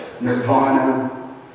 nirvana